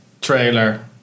trailer